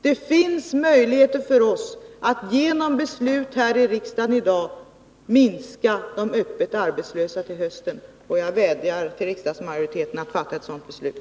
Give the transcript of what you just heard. Det finns möjligheter för oss att genom beslut här i riksdagen i dag minska antalet öppet arbetslösa till hösten, och jag vädjar till riksdagsmajoriteten att fatta ett sådant beslut.